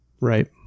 Right